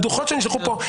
בדוחות שנשלחו פה,